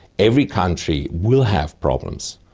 every country will have problems.